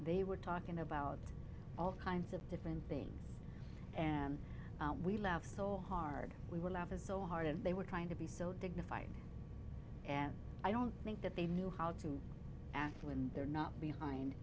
they were talking about all kinds of different things and we laughed so hard we were laughing so hard and they were trying to be so dignified and i don't think that they knew how to act when they're not behind